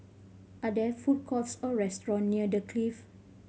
are there food courts or restaurant near The Clift